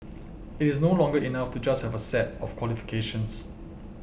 it is no longer enough to just have a set of qualifications